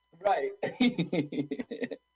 right